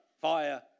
fire